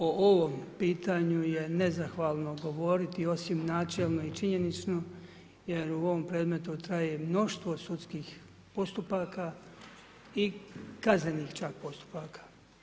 O ovom pitanju je nezahvalno govoriti osim načelno i činjenično jer u ovom predmetu traje mnoštvo sudskih postupaka i kaznenih čak postupaka.